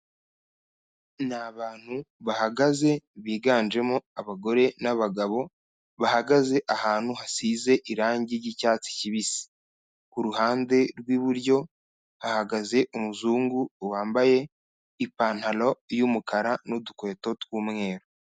Ni abantu bahagaze biganjemo abagore n'abagabo, bahagaze ahantu hasize irangi ry'icyatsi kibisi. Ku ruhande rw'iburyo, hahagaze umuzungu wambaye ipantaro y'umukara n'udukweto tw'umweru.